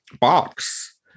box